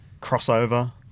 crossover